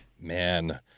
Man